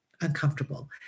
uncomfortable